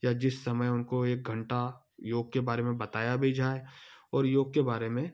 या जिस समय उनको एक घंटा योग के बारे में बताया भी जाए और योग के बारे में